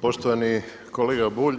Poštovani kolega Bulj,